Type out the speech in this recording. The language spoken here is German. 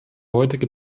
heutige